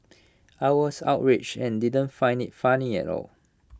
I was outraged and didn't find IT funny at all